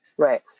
Right